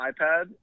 iPad